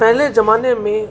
पहिले ज़माने में